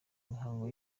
mihango